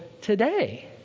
today